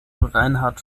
reinhard